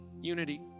unity